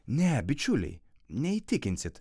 ne bičiuliai neįtikinsit